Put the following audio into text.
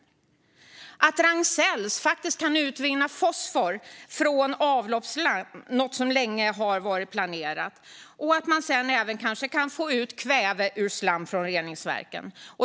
Ragn-Sells kan faktiskt utvinna fosfor från avloppsslam. Det är något som länge har varit planerat. Senare kan man även få ut kväve ur slam från reningsverken.